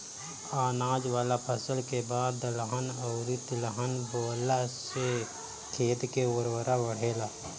अनाज वाला फसल के बाद दलहन अउरी तिलहन बोअला से खेत के उर्वरता बढ़ेला